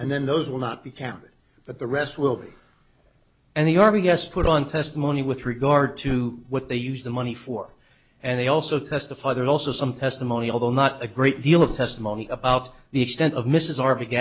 and then those will not be counted but the rest will be and the r b s put on testimony with regard to what they use the money for and they also testify there's also some testimony although not a great deal of testimony about the extent of mrs r b